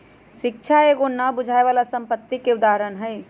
शिक्षा एगो न बुझाय बला संपत्ति के उदाहरण हई